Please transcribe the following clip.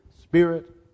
spirit